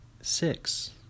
six